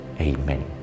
Amen